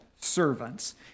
servants